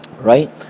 Right